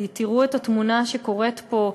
כי תראו את התמונה שקורית פה: